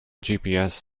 gps